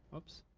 whoops.